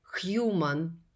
human